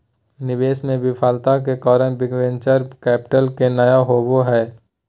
निवेश मे विफलता के कारण वेंचर कैपिटल के नय होना होबा हय